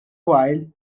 while